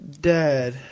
Dad